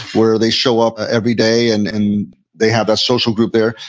where they show up every day and and they have a social group there.